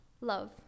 Love